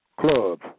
Clubs